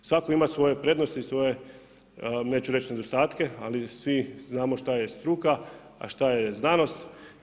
Svako ima svoje prednosti i svoje neću reći nedostatke, ali svi znamo šta je struka, a šta je znanost.